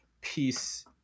peace